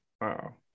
Wow